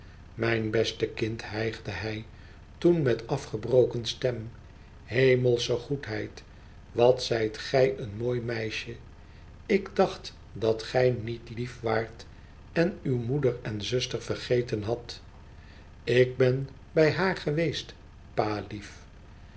mijn beste kind hijgde hij toen met afgebroken stem themelsche goedheid wat zijt gij een mooi meisje ik dacht dat gij niet lief waart en uwe moeder en zuster vergeten hadt ik ben bij haar geweest pa lief